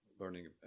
Learning